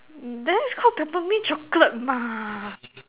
mm that is called Peppermint chocolate mah